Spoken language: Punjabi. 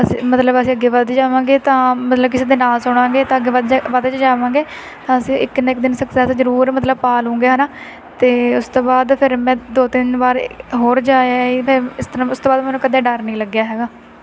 ਅਸੀਂ ਮਤਲਬ ਅਸੀਂ ਅੱਗੇ ਵਧ ਜਾਵਾਂਗੇ ਤਾਂ ਮਤਲਬ ਕਿਸੇ ਦੀ ਨਾ ਸੁਣਾਂਗੇ ਤਾਂ ਅੱਗੇ ਵਧ ਜਾਏ ਵਧਦੇ ਜਾਵਾਂਗੇ ਤਾਂ ਅਸੀਂ ਇੱਕ ਨਾ ਇੱਕ ਦਿਨ ਸਕਸੈਸ ਜ਼ਰੂਰ ਮਤਲਬ ਪਾ ਲੂੰਗੇ ਹੈ ਨਾ ਅਤੇ ਉਸ ਤੋਂ ਬਾਅਦ ਫਿਰ ਮੈਂ ਦੋ ਤਿੰਨ ਵਾਰ ਹੋਰ ਜਾ ਆਈ ਫਿਰ ਇਸ ਤਰ੍ਹਾਂ ਉਸ ਤੋਂ ਬਾਅਦ ਮੈਨੂੰ ਕਦੇ ਡਰ ਨਹੀਂ ਲੱਗਿਆ ਹੈਗਾ